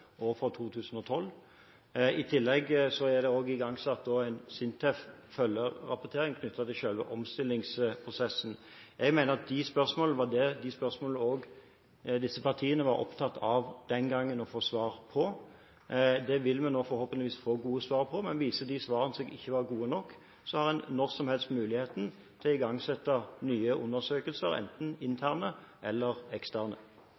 og 2012. I tillegg er det også igangsatt en følgerapportering fra SINTEF knyttet til selve omstillingsprosessen. Jeg mener at det var de spørsmålene som disse partiene var opptatt av å få svar på den gangen. Dette vil vi nå forhåpentligvis få gode svar på, men viser de svarene seg ikke å være gode nok, har en når som helst muligheten til å igangsette nye undersøkelser, enten interne eller eksterne.